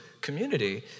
community